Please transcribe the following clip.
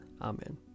Amen